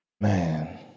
man